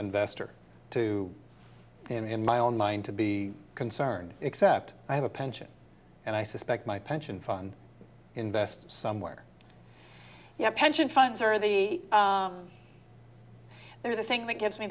investor to in my own mind to be concerned except i have a pension and i suspect my pension fund invest somewhere you know pension funds are the they're the thing that gives me